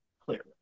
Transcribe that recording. clearly